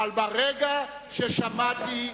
אבל ברגע ששמעתי,